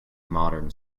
modern